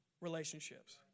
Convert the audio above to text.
relationships